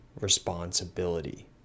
responsibility